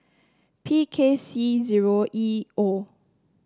P K C zero E O